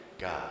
God